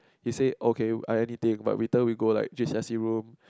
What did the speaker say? he said okay I anything but Wei-De will go like V_I_C room